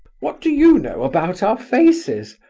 what do you know about our faces?